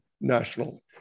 national